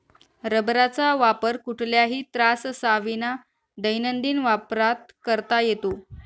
रबराचा वापर कुठल्याही त्राससाविना दैनंदिन वापरात करता येतो